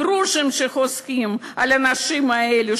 הגרושים שחוסכים על האנשים האלו,